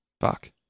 Fuck